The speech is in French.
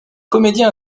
comédiens